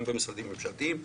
גם במשרדים הממשלתיים,